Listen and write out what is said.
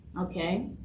Okay